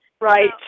Right